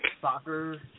soccer